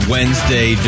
Wednesday